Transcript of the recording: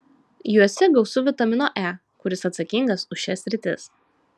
juose gausu vitamino e kuris atsakingas už šias sritis